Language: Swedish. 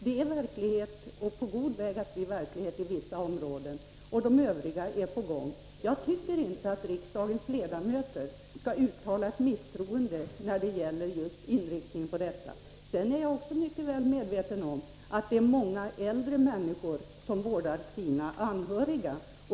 Det har det blivit eller är på god väg att bli i vissa områden. I de övriga är det på gång. Jag tycker inte att riksdagens ledamöter skall uttala ett misstroende när det gäller just inriktningen på äldrevård och hemsjukvård. Jag är mycket väl medveten om att det är många äldre människor som vårdar sina anhöriga.